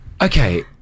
okay